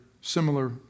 similar